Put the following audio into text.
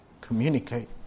communicate